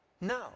No